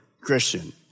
Christian